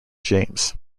james